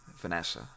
Vanessa